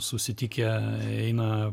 susitikę eina